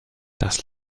das